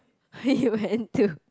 he went to